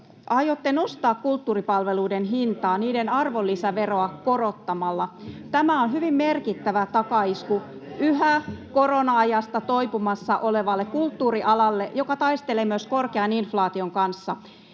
Aiotte nostaa kulttuuripalveluiden hintaa niiden arvonlisäveroa korottamalla. Tämä on hyvin merkittävä takaisku yhä korona-ajasta toipumassa olevalle kulttuurialalle, joka taistelee myös korkean inflaation kanssa.